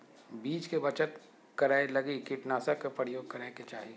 बीज के बचत करै लगी कीटनाशक के प्रयोग करै के चाही